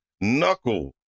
knuckle